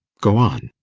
go on.